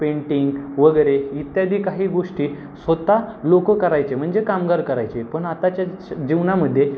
painting वगैरे इत्यादी काही गोष्टी स्वतः लोक करायचे म्हणजे कामगार करायचे पण आताच्या ज जीवनामध्ये